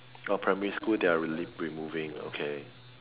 primary school they are removing okay